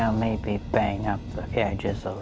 um maybe bang up the yeah edges